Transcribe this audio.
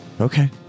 Okay